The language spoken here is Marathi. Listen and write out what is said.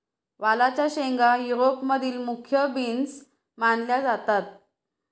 वालाच्या शेंगा युरोप मधील मुख्य बीन्स मानल्या जातात